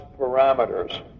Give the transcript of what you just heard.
parameters